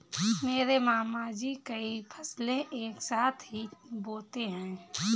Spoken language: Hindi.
मेरे मामा जी कई फसलें एक साथ ही बोते है